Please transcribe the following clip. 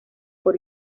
por